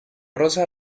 rosa